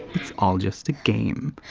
it's all just a game.